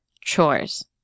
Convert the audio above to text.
Chores